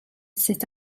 sut